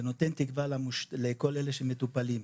זה נותן תקווה לכל אלה שמטופלים.